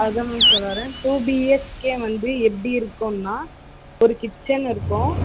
அதான் மேம் சொல்ல வரேன் டூ பி ஹெச்கே வந்து எப்படி இருக்கும்ன்னா ஒரு கிச்சன் இருக்கும்